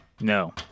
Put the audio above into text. No